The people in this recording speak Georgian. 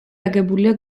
აგებულია